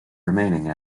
remaining